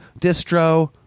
distro